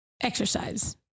exercise